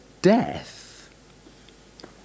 death